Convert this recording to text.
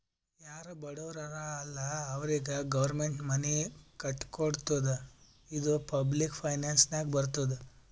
ಯಾರು ಬಡುರ್ ಹರಾ ಅಲ್ಲ ಅವ್ರಿಗ ಗೌರ್ಮೆಂಟ್ ಮನಿ ಕಟ್ಕೊಡ್ತುದ್ ಇದು ಪಬ್ಲಿಕ್ ಫೈನಾನ್ಸ್ ನಾಗೆ ಬರ್ತುದ್